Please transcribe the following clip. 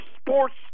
sports